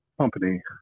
company